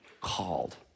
called